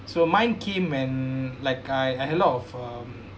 so mine came and like I I have a lot of um